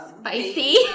spicy